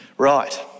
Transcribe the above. Right